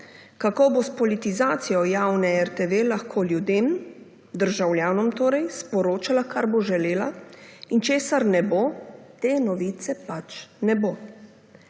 kako bo s politizacijo javne RTV lahko ljudem, državljanom torej, sporočala, kar bo želela, in česar ne bo, te novice pač ne bo.